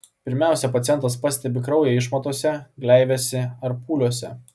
pirmiausia pacientas pastebi kraują išmatose gleivėse ar pūliuose